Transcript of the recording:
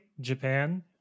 japan